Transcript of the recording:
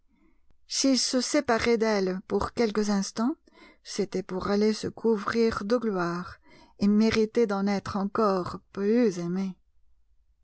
s'il se séparait d'elle pour quelques instants c'était pour aller se couvrir de gloire et mériter d'en être encore plus aimé